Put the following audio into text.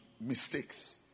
mistakes